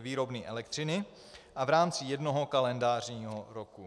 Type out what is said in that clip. výroby elektřiny a v rámci jednoho kalendářního roku.